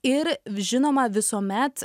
ir žinoma visuomet